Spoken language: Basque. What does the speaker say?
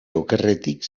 okerretik